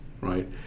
right